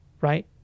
right